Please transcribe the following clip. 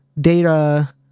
data